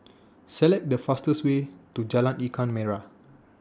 Select The fastest Way to Jalan Ikan Merah